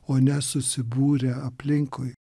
o ne susibūrę aplinkui